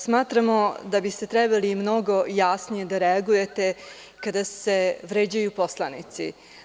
Smatramo da biste trebali mnogo jasnije da reagujete kada se vređaju poslanici.